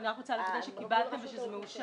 אני רק רוצה לוודא שקיבלתם ושזה מאושר.